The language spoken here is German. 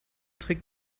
trick